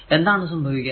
എന്താണ് സംഭവിക്കുക